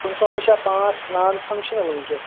پٕنٛژٕہو منز چھا پانژھ نان فنگشِنل وٕنکیٚس